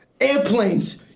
Airplanes